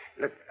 Look